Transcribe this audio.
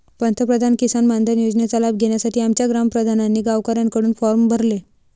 पंतप्रधान किसान मानधन योजनेचा लाभ घेण्यासाठी आमच्या ग्राम प्रधानांनी गावकऱ्यांकडून फॉर्म भरले